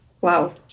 Wow